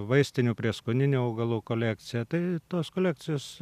vaistinių prieskoninių augalų kolekcija tai tos kolekcijos